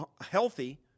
healthy